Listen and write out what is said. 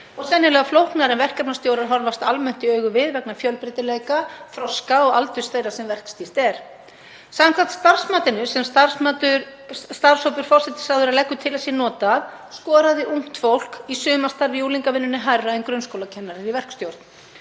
sennilega flóknari en verkefnastjórar horfast almennt í augu við vegna fjölbreytileika, þroska og aldurs þeirra sem verkstýrt er. Samkvæmt starfsmatinu sem starfshópur forsætisráðherra leggur til að sé notað skoraði ungt fólk í sumarstarfi í unglingavinnunni hærra en grunnskólakennari í verkstjórn.